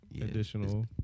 additional